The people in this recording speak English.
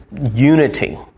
unity